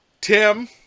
Tim